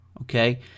okay